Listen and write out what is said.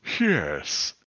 Yes